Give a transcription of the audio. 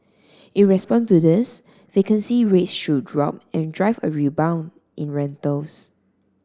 in response to this vacancy rates should drop and drive a rebound in rentals